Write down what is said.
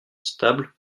stable